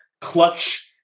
clutch